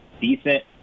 decent